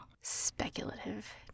Speculative